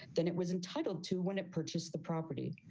then it was entitled to when it purchase the property.